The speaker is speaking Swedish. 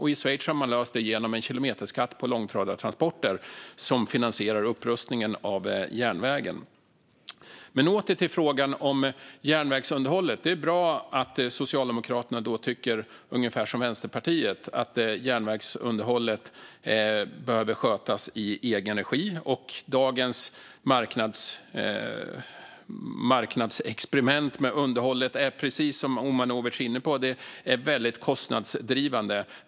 I Schweiz har man löst detta genom en kilometerskatt på långtradartransporter som finansierar upprustningen av järnvägen. Men låt mig återgå till frågan om järnvägsunderhållet. Det är bra att Socialdemokraterna tycker ungefär som Vänsterpartiet, att järnvägsunderhållet behöver skötas i egen regi och att dagens marknadsexperiment när det gäller underhållet är väldigt kostnadsdrivande.